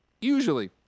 usually